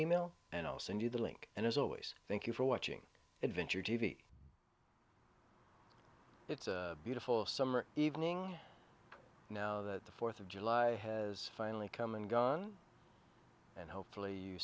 email and i'll send you the link and as always thank you for watching adventure t v it's a beautiful summer evening now that the fourth of july has finally come and gone and hopefully you